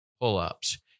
pull-ups